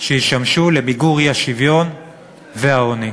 שישמשו למיגור האי-שוויון והעוני.